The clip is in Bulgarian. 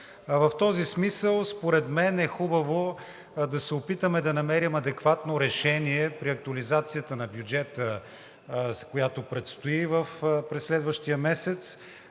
В този смисъл според мен е хубаво да се опитаме да намерим адекватно решение при актуализацията на бюджета, която предстои през следващия месец,